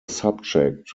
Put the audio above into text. subject